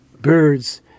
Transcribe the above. birds